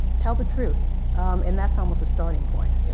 tell the truth and that's almost a starting point. yeah